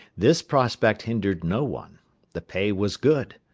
this prospect hindered no one the pay was good,